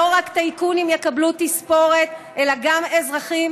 שלא רק טייקונים יקבלו תספורת אלא גם אזרחים